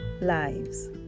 lives